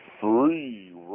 Three